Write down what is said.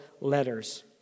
letters